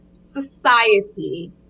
society